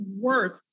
worse